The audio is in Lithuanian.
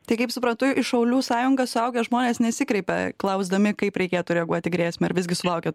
tai kaip suprantu į šaulių sąjungą suaugę žmonės nesikreipia klausdami kaip reikėtų reaguot į grėsmę ar visgi sulaukiat